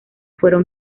fueron